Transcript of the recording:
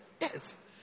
Yes